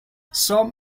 some